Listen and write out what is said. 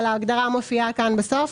אבל ההגדרה מופיעה כאן בסוף.